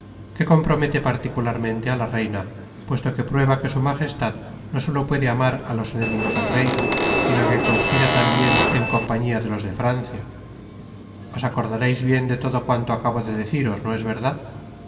que compromete particularmente á la reina puesto que prueba que su majestad no solo puede amar á los enemigos del rey sino que conspira tambien en compañía de los de la francia os acordareis bien de todo cuanto acabo de deciros no es verdad